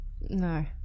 no